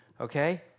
okay